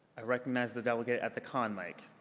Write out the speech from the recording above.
i recognize the delegate at the con mic.